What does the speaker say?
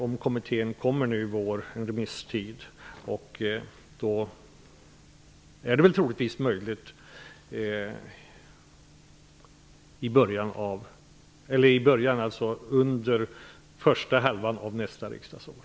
Om kommittén kommer med ett slutbetänkande i vår bör det vara möjligt att behandla de återstående frågorna under första halvan av nästa riksdagsår.